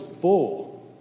full